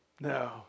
No